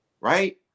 Right